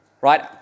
Right